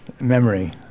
memory